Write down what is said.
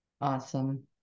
Awesome